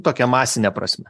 tokia masine prasme